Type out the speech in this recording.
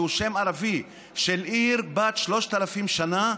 שהוא שם ערבי של עיר בת 3,000 שנה,